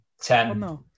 ten